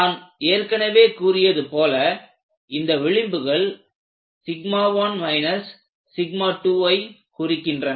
நான் ஏற்கனவே கூறியது போல இந்த விளிம்புகள் 1 2ஐ குறிக்கின்றன